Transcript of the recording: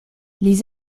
les